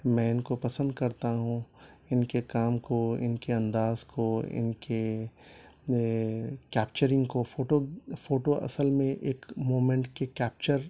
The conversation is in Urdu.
میں ان کو پسند کرتا ہوں ان کے کام کو ان کے انداز کو ان کے کیپچرنگ کو فوٹو فوٹو اصل میں ایک مومینٹ کے کیپچر